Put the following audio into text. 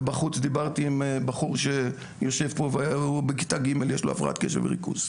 ובחוץ דיברתי עם בחור שיושב פה והוא בכיתה ג' יש לו הפרעת קשב וריכוז.